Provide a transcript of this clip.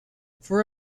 for